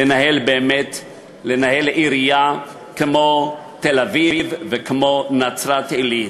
לנהל עירייה כמו תל-אביב וכמו נצרת-עילית.